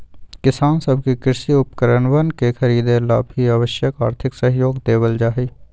किसान सब के कृषि उपकरणवन के खरीदे ला भी आवश्यक आर्थिक सहयोग देवल जाहई